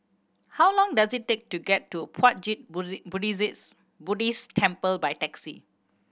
how long does it take to get to Puat Jit Buddhist Temple by taxi